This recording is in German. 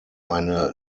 eine